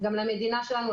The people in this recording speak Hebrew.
גם למדינה שלנו,